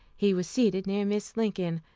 he was seated near mrs. lincoln,